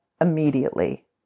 immediately